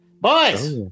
Boys